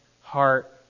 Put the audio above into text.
heart